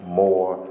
more